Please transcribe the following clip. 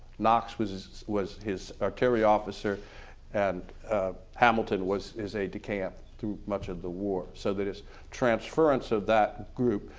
knox was his was his artillery officer and hamilton was his aide de camp through much of the war, so that his transference of that group.